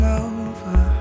over